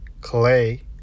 Clay